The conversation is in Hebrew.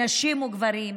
נשים וגברים,